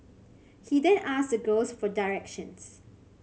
he then asked the girls for directions